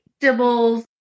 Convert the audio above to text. Dibbles